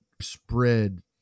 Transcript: spread